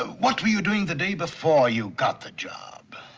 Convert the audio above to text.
ah what were you doing the day before you got the job?